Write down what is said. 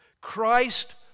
Christ